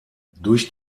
durch